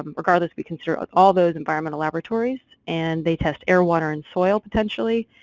um regardless, we consider all those environmental laboratories and they test air, water and soil potentially,